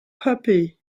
puppy